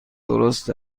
درست